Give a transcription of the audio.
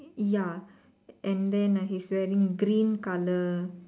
ya and then uh he is wearing green colour